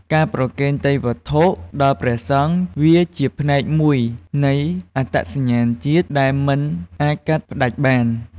ការប្រគេនទេយ្យវត្ថុដល់ព្រះសង្ឃ វាជាផ្នែកមួយនៃអត្តសញ្ញាណជាតិដែលមិនអាចកាត់ផ្ដាច់បាន។